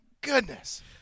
Goodness